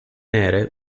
nere